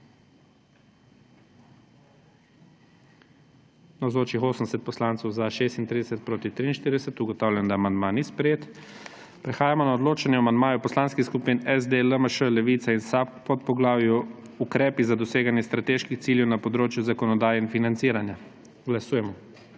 (Za je glasovalo 36.) (Proti 43.) Ugotavljam, da amandma ni sprejet. Prehajamo na odločanje o amandmaju poslanskih skupin SD, LMŠ, Levica in SAB k podpoglavju Ukrepi za doseganje strateških ciljev na področju zakonodaje in financiranja. Glasujemo.